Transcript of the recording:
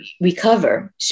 recover